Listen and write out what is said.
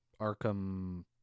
Arkham